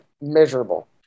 miserable